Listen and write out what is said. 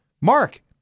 Mark